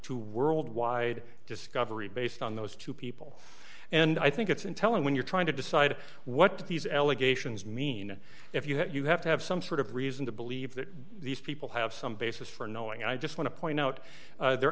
to world wide discovery based on those two people and i think it's intel and when you're trying to decide what these allegations mean if you have to have some sort of reason to believe that these people have some basis for knowing i just want to point out